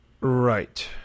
Right